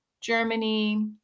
Germany